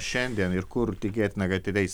šiandien ir kur tikėtina kad įveis